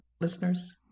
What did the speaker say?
listeners